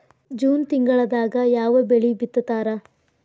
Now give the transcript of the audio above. June ತಿಂಗಳದಾಗ ಯಾವ ಬೆಳಿ ಬಿತ್ತತಾರ?